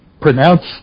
pronounce